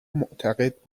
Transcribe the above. معتقد